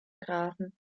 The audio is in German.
grafen